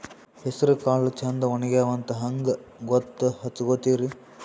ಹೆಸರಕಾಳು ಛಂದ ಒಣಗ್ಯಾವಂತ ಹಂಗ ಗೂತ್ತ ಹಚಗೊತಿರಿ?